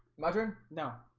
mudroom no